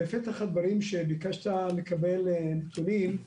בפתח הדברים שביקשת לקבל נתונים,